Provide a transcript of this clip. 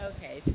Okay